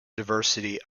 diversity